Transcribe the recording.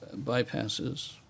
bypasses